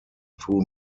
threw